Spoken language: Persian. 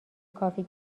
کافی